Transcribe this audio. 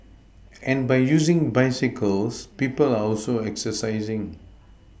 and by using bicycles people are also exercising